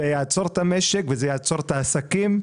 זה יעצור את המשק וזה יעצור את העסקים.